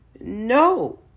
No